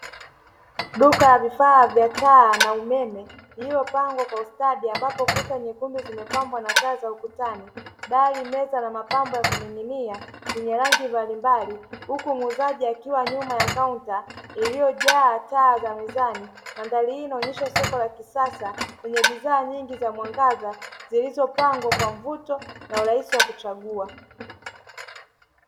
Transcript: Duka la vifaa vya taa na umeme iliyopangwa kwa ustadi, ambapo kuta nyekundu zimepambwa na taa za ukutani dari, meza na mapambo ya kuning'inia zenye rangi mbalimbali; huku muuzaji akiwa nyuma ya kaunta iliyojaa taa za mezani. Mandhari hii inaonyesha soko la kisasa lenye bidhaa nyingi za mwangaza zilizopangwa kwa mvuto na urahisi wa kuchagua.